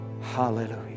Hallelujah